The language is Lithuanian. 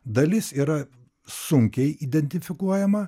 dalis yra sunkiai identifikuojama